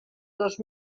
dos